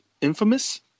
Infamous